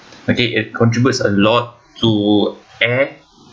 okay it contributes a lot to air